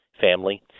family